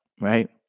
right